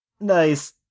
nice